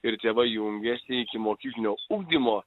ir tėvai jungėsi ikimokyklinio ugdymo